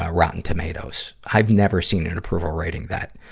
ah rotten tomatoes. i've never seen an approval rating that,